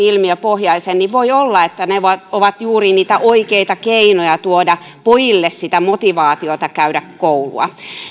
ilmiöpohjaisen oppimisen niin voi olla että ne ovat juuri niitä oikeita keinoja tuoda pojille motivaatiota käydä koulua